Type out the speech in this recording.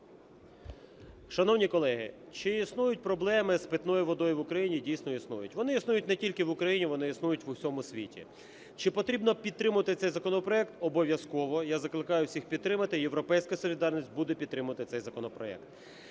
Шановні колеги, чи існують проблеми з питною водою в Україні? Дійсно існують. Вони існують не тільки в Україні, вони існують в усьому світі. Чи потрібно підтримувати цей законопроект? Обов'язково. Я закликаю усіх підтримати, "Європейська солідарність" буде підтримувати цей законопроект.